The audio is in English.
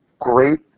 great